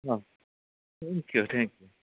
uh thank you thank you